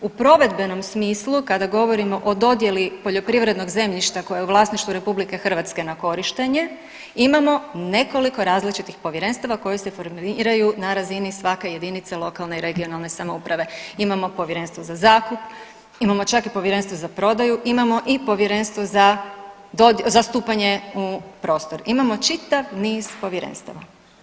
U provedbenom smislu kada govorimo o dodjeli poljoprivrednog zemljišta koje je u vlasništvu RH na korištenje imamo nekoliko različitih povjerenstava koji se formiraju na razini svake jedinice lokalne i regionalne samouprave, imamo Povjerenstvo za zakup, imamo čak i Povjerenstvo za prodaju, imamo i Povjerenstvo za stupanje u prostor, imamo čitav niz povjerenstava.